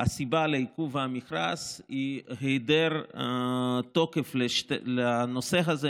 הסיבה לעיכוב המכרז היא היעדר תוקף לנושא הזה,